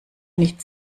nichts